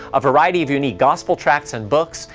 a variety of unique gospel tracks and books,